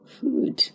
food